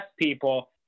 people